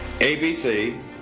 ABC